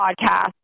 podcast